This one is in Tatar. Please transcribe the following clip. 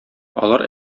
алар